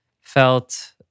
felt